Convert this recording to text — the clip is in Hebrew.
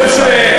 השאלה ברורה.